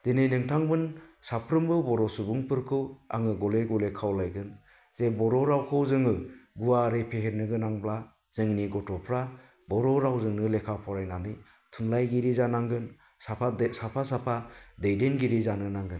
दिनै नोंथांमोन साफ्रोमबो बर' सुबुंफोरखौ आङो गले गले खावलायगोन जे बर' रावखौ जोङो गुवारै फेहेरनो गोनांब्ला जोंनि गथ'फ्रा बर' रावजोंनो लेखा फरायनानै थुनलायगिरि जानांगोन साफा साफा दैदेनगिरि जानो नांगोन